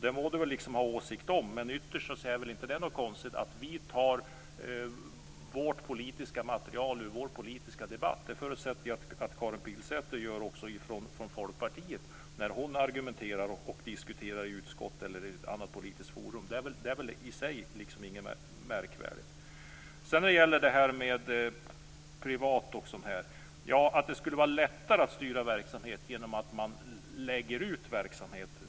Det kan Karin Pilsäter ha åsikter om. Ytterst tycker jag inte att det är något konstigt att vi tar vårt politiska material ur vår politiska debatt. Det förutsätter jag att också Karin Pilsäter gör från Folkpartiet när hon argumenterar och diskuterar i utskott eller i annat politiskt forum. Det är i sig inget märkvärdigt. Sedan till frågan om privat verksamhet. Jag vill inte sträcka mig så långt att det skulle vara lättare att styra verksamhet genom att man lägger ut den.